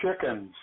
chickens